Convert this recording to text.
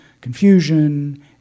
confusion